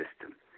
system